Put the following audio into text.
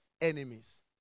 enemies